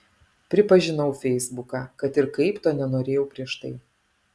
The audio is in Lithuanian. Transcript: pripažinau feisbuką kad ir kaip to nenorėjau prieš tai